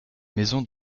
maison